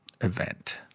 event